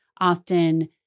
often